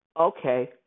okay